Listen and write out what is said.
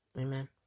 Amen